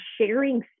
sharing